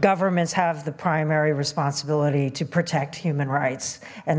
governments have the primary responsibility to protect human rights and